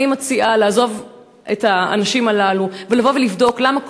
אני מציעה לעזוב את האנשים הללו ולבוא ולבדוק למה